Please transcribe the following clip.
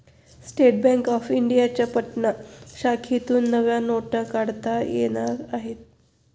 state Bank of इंडियाच्या पटना शाखेतून नव्या नोटा काढता येणार आहेत